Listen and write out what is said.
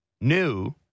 new